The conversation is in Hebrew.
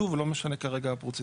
שוב, לא משנה כרגע הפרוצדורה.